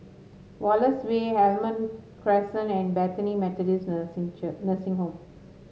Wallace Way Almond Crescent and Bethany Methodist Nursing Church Nursing Home